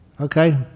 Okay